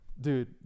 Dude